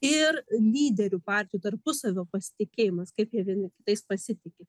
ir lyderių partijų tarpusavio pasitikėjimas kaip jie vieni kitais pasitiki